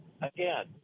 Again